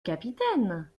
capitaine